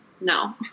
no